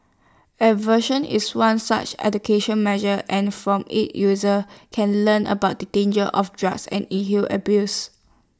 aversion is one such education measure and from IT users can learn about the dangers of drugs and inhale abuse